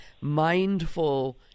mindful